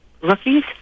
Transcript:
rookies